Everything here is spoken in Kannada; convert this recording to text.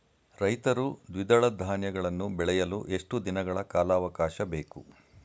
ರೈತರು ದ್ವಿದಳ ಧಾನ್ಯಗಳನ್ನು ಬೆಳೆಯಲು ಎಷ್ಟು ದಿನಗಳ ಕಾಲಾವಾಕಾಶ ಬೇಕು?